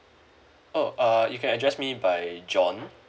oh uh you can address me by john